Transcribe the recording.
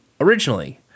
originally